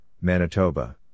Manitoba